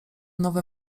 nowe